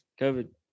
covid